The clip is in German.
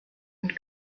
und